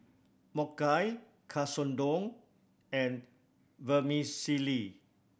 Mochi Katsudon and Vermicelli